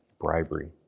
bribery